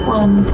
one